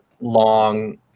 long